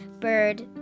Bird